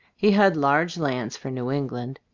he had large lands, for new england.